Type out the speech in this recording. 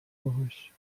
باهاش